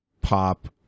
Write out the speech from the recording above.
pop